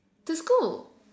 to school